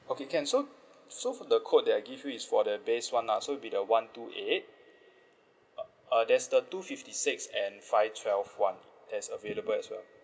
okay can so so for the quote that I give you is for the base one lah so be the one two eight uh there's the two fifty six and five twelve one that's available as well